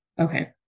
Okay